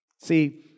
See